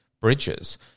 bridges